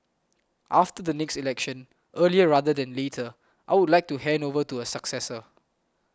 after the next election earlier rather than later I would like to hand over to a successor